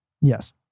Yes